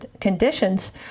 conditions